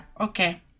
Okay